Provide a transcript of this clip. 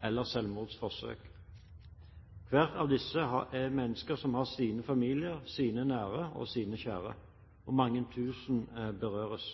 eller selvmordsforsøk. Hver av disse er mennesker som har sin familie, sine nære og sine kjære, og mange tusen berøres.